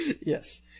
Yes